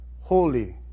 holy